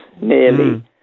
nearly